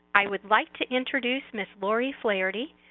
i would like to introduce ms laurie flaherty,